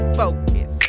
focus